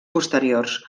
posteriors